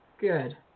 Good